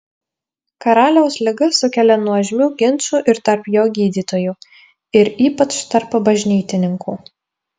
karaliaus liga sukelia nuožmių ginčų ir tarp jo gydytojų ir ypač tarp bažnytininkų